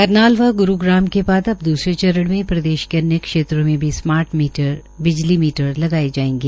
करनाल व ग्रूग्राम के बाद अब द्रसरे चरण में प्रदेश के अन्य क्षेत्रों में भी स्मार्ट बिजली मीटर लगाये जायेंगे